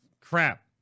Crap